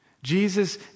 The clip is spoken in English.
Jesus